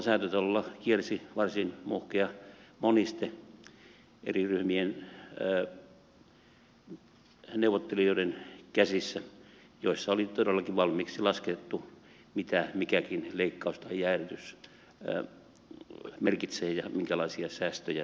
säätytalolla kiersi eri ryhmien neuvottelijoiden käsissä varsin muhkea moniste jossa oli todellakin valmiiksi laskettu mitä mikäkin leikkaus tai jäädytys merkitsee ja minkälaisia säästöjä syntyy